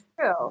true